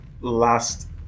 last